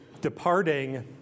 departing